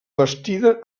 bastida